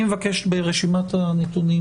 אני אבקש ברשימת הנתונים,